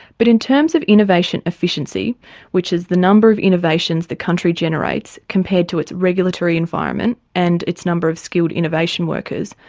but in terms of innovation efficiency which is the number of innovations the country generates compared to its regulatory environment and its number of skilled innovation workers,